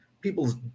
People's